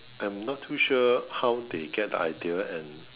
I'm not too sure how they get the idea and